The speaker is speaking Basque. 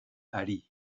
hari